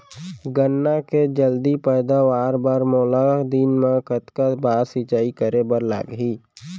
गन्ना के जलदी पैदावार बर, मोला दिन मा कतका बार सिंचाई करे बर लागही?